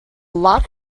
lock